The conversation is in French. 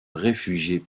réfugiés